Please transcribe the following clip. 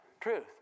Truth